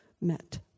met